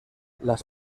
las